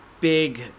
big